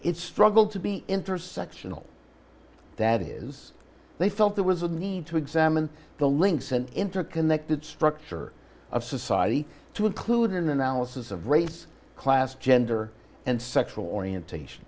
it struggled to be intersectional that is they felt there was a need to examine the links and interconnected structure of society to include an analysis of race class gender and sexual orientation